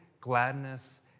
gladness